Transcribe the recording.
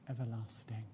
everlasting